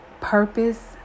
purpose